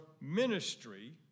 ministry